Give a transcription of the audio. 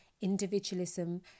individualism